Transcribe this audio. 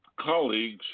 colleagues